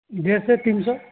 ଡ୍ରେସେ ତିନ ଶହ